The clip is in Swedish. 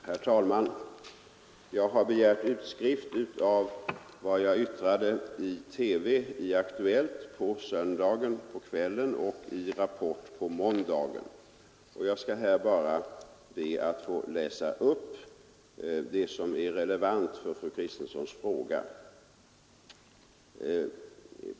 Herr talman! Jag har begärt utskrift av vad jag yttrade i TV-Aktuellt på söndagskvällen och i Rapport på måndagen, och jag skall här bara be att få läsa upp det som är relevant när det gäller fru Kristenssons fråga.